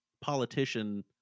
politician